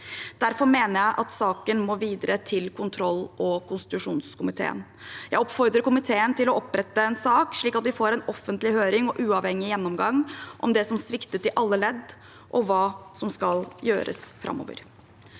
Derfor mener jeg at saken må videre til kontroll- og konstitusjonskomiteen. Jeg oppfordrer komiteen til å opprette en sak, slik at vi får en offentlig høring og en uavhengig gjennomgang av det som sviktet i alle ledd, og hva som skal gjøres framover.